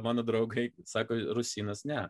mano draugai sako rusynas ne